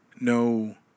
no